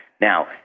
Now